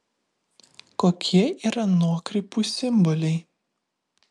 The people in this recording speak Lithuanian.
kokie yra nuokrypų simboliai